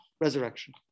resurrection